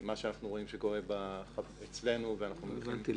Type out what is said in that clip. ומה שאנחנו רואים שקורה אצלנו --- לא הבנתי.